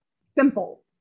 simple